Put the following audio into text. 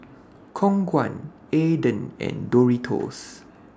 Khong Guan Aden and Doritos